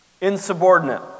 Insubordinate